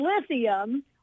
lithium